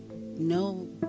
no